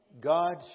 God